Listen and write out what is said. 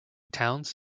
towns